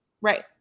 Right